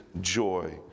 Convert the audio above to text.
joy